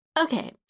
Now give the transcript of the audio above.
Okay